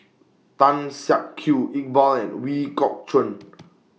Tan Siak Kew Iqbal and Ooi Kok Chuen